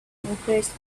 impressed